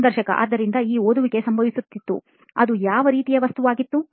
ಸಂದರ್ಶಕಆದ್ದರಿಂದ ಈ ಓದುವಿಕೆ ಸಂಭವಿಸುತ್ತಿತ್ತು ಅದು ಯಾವ ರೀತಿಯ ವಸ್ತುವಾಗಿತ್ತು